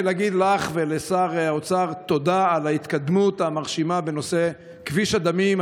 להגיד לך ולשר האוצר תודה על ההתקדמות המרשימה בנושא כביש הדמים,